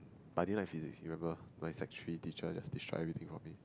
but I didn't like Physics remember my Sec three teacher just destroy everything for me